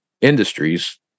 industries